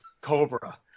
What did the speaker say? Cobra